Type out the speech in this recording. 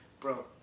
Bro